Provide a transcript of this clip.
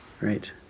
Right